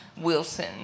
Wilson